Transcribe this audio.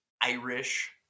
Irish